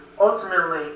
ultimately